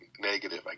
negative